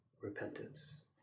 repentance